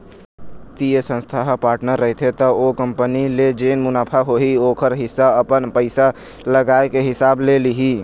बित्तीय संस्था ह पार्टनर रहिथे त ओ कंपनी ले जेन मुनाफा होही ओखर हिस्सा अपन पइसा लगाए के हिसाब ले लिही